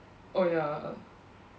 oh ya